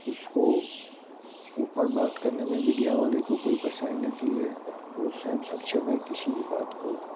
उसको ऊपर बात करने में मीडिया वाले को कोई परेशानी आती है वो स्वयं शिक्षण है किसी भी बात को